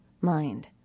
mind